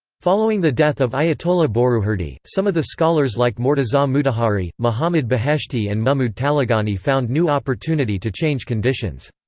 following the death of ayatollah boroujerdi, some of the scholars like murtaza um mutahhari, muhammad beheshti and muhmud talighani found new opportunity to change conditions.